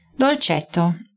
Dolcetto